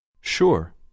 Sure